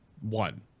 one